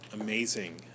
amazing